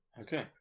Okay